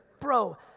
bro